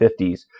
50s